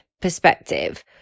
perspective